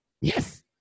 Yes